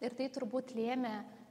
ir tai turbūt lėmė